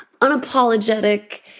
unapologetic